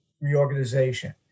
reorganization